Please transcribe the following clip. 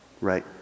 Right